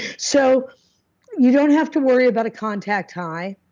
so you don't have to worry about a contact high.